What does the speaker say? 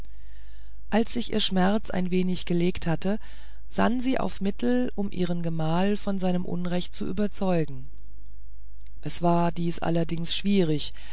als sich ihr schmerz ein wenig gelegt hatte sann sie auf mittel um ihren gemahl von seinem unrecht zu überzeugen es war dies allerdings schwierig